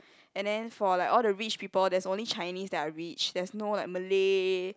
and then for like all the rich people there's only Chinese that are rich there's no like Malay